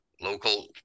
Local